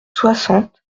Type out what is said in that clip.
soixante